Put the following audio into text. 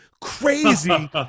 crazy